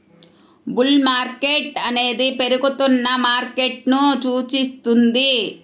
bull market అనేది పెరుగుతున్న మార్కెట్ను సూచిస్తుంది